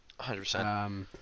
100%